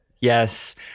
Yes